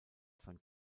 san